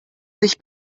sich